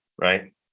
right